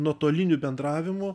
nuotoliniu bendravimu